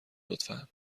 لطفا